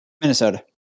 Minnesota